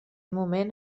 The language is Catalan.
moment